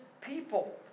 people